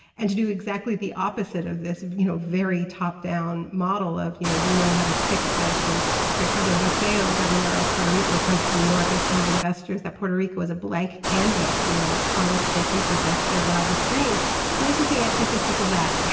and to do exactly the opposite of this you know very top-down model of you know we know how to fix this and ricardo rossello, ah the governor of puerto rico, comes to new york and tells investors that puerto rico is a blank canvas you know on which they can project their wildest dreams. and this is the antithesis of that.